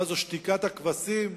מה, זו שתיקת הכבשים?